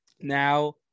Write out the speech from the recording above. Now